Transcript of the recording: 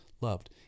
loved